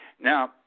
Now